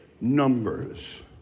Numbers